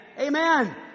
Amen